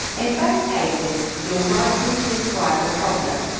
in both cases, you're writing to describe a problem.